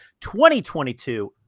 2022